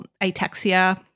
ataxia